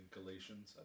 Galatians